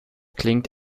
klingt